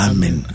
Amen